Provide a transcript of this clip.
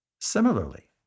Similarly